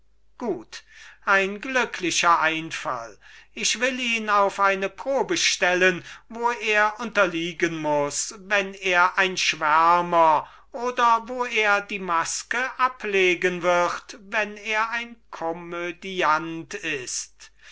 ist ein vortrefflicher einfall ich will ihn auf eine probe stellen wo er unterliegen muß wenn er ein schwärmer und wo er die maske ablegen wird wenn er ein komödiant ist